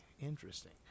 interesting